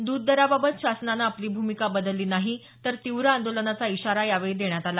दुध दराबाबत शासनानं आपली भूमिका बदलली नाही तर तीव्र आंदोलनाचा इशारा यावेळी देण्यात आला